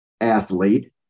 athlete